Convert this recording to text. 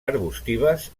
arbustives